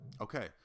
Okay